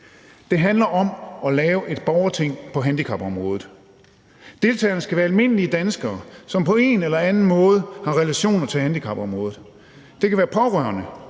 Det handler om at lave et borgerting på handicapområdet. Deltagerne skal være almindelige danskere, som på en eller anden måde har relationer til handicapområdet. Det kan være pårørende,